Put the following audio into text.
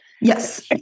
Yes